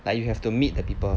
like you have to meet the people